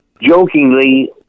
jokingly